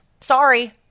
sorry